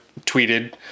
tweeted